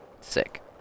sick